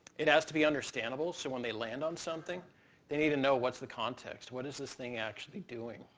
it has to be understandable. so when they land on something they need to know what's the context, what is this thing actually doing,